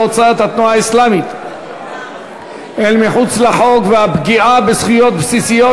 הוצאת התנועה האסלאמית אל מחוץ לחוק והפגיעה בזכויות בסיסיות,